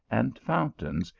and fount ains,